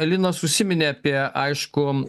linas užsiminė apie aiškų